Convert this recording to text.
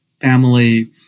family